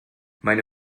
meine